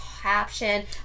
caption